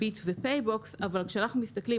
"ביט" ו"פייבוקס" אבל כשאנחנו מסתכלים